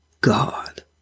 God